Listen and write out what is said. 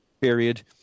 period